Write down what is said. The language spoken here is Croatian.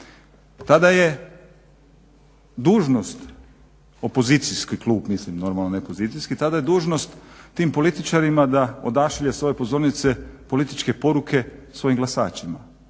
tada je dužnost, opozicijski klub mislim normalno, ne pozicijski, tada je dužnost tim političarima da odašilje s ove pozornice političke poruke svojim glasačima,